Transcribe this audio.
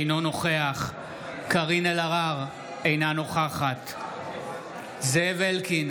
אינו נוכח קארין אלהרר, אינה נוכחת זאב אלקין,